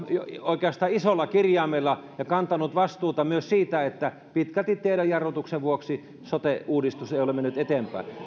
oikeastaan isolla kirjaimella ja kantanut vastuuta myös siitä että pitkälti teidän jarrutuksenne vuoksi sote uudistus ei ole mennyt eteenpäin